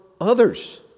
others